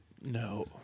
No